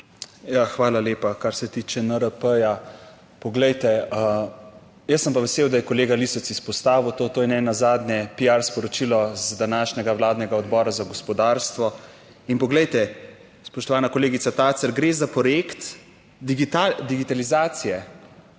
Hvala lepa. Kar se tiče NRP, poglejte, jaz sem pa vesel, da je kolega Lisec izpostavil to, to je nenazadnje piar sporočilo z današnjega vladnega Odbora za gospodarstvo. In poglejte, spoštovana kolegica Tacer, gre za projekt digitalizacije,